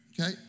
Okay